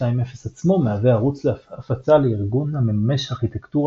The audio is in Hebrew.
2.0 עצמו מהווה ערוץ הפצה לארגון המממש ארכיטקטורה